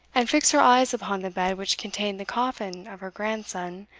and fix her eyes upon the bed which contained the coffin of her grandson,